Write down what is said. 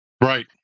Right